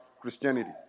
Christianity